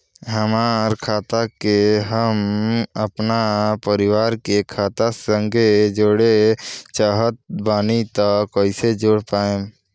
हमार खाता के हम अपना परिवार के खाता संगे जोड़े चाहत बानी त कईसे जोड़ पाएम?